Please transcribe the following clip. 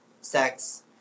sex